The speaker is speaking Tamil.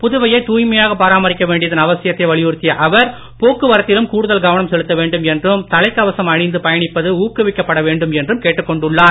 புதுவையை தூய்மையாக பராமரிக்க வேண்டியதன் அவசியத்தை வலியுறுத்திய அவர் போக்குவரத்திலும் கூடுதல் கவனம் செலுத்த வேண்டும் என்றும் தலைக் கவசம் அணிந்து பயனிப்பது ஊக்குவிக்கப்பட வேண்டும் கேட்டுக் கொண்டுள்ளார்